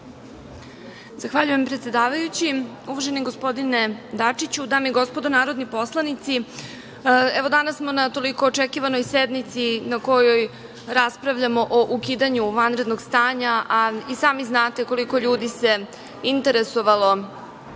Zahvaljujem, predsedavajući. Uvaženi gospodine Dačiću, dame i gospodo narodni poslanici, danas smo na toliko očekivanoj sednici na kojoj raspravljamo o ukidanju vanrednog stanja, a i sami znate koliko ljudi se interesovalo